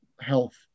health